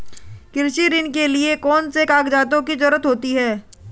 कृषि ऋण के लिऐ कौन से कागजातों की जरूरत होती है?